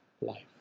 life